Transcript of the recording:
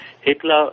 Hitler